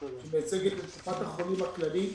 שמייצגת את קופת החולים הכללית,